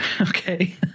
Okay